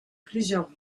plusieurs